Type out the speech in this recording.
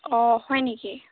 অঁ হয় নেকি